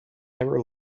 never